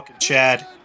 Chad